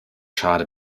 schade